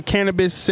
Cannabis